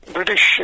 British